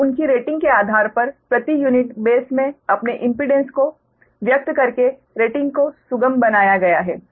और उनकी रेटिंग के आधार पर प्रति यूनिट बेस में अपने इम्पीडेंस को व्यक्त करके रेटिंग को सुगम बनाया गया है